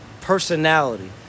personality